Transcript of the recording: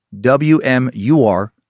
WMUR